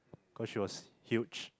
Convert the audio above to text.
cause she was huge